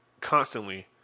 constantly